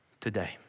today